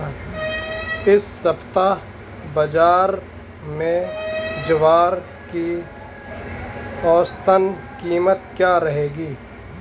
इस सप्ताह बाज़ार में ज्वार की औसतन कीमत क्या रहेगी?